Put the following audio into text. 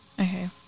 Okay